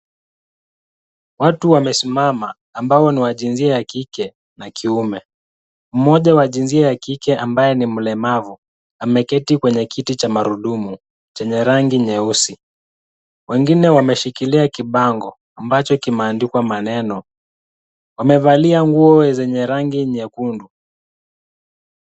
Watu wamesimama ambao ni wa jinsia ya kike na kiume. Mmoja wa jinsia ya kike ambaye ni mlemavu, ameketi kwenye kiti cha magurudumu, chenye rangi nyeusi. Wengine wameshikilia kibango ambacho kimeandikwa maneno. Wamevalia nguo zenye rangi nyekundu.